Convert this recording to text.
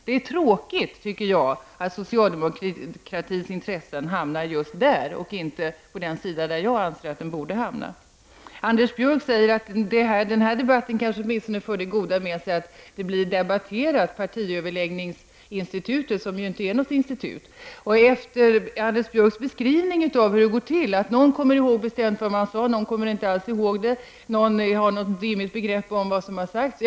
Det är tråkigt att socialdemokratins intressen hamnar just där och inte på den sida som jag anser att de borde hamna på. Anders Björck säger att denna debatt kanske åtminstone för det goda med sig att partiledaröverläggningsinstitutet blir debatterat, vilket inte är något institut. Anders Björck beskriver hur det går till, när någon bestämt kommer ihåg vad som sades, någon inte alls kommer ihåg det och någon har ett dimmigt begrepp om vad som sades.